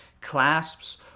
clasps